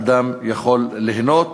האדם יכול ליהנות